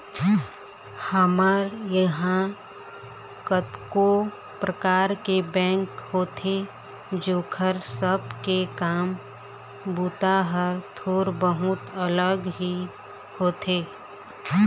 हमर इहाँ कतको परकार के बेंक होथे जेखर सब के काम बूता ह थोर बहुत अलग ही होथे